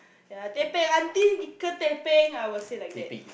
ya teh bing auntie 一个: yi ge teh bing I will say like that